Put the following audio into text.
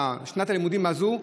בשנת הלימודים הזו,